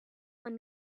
when